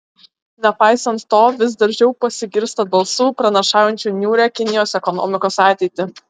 nepaisant to vis dažniau pasigirsta balsų pranašaujančių niūrią kinijos ekonomikos ateitį